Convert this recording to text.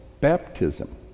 baptism